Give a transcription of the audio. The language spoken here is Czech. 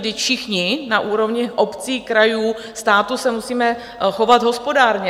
Vždyť všichni na úrovni obcí, krajů, státu se musíme chovat hospodárně.